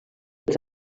els